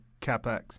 CapEx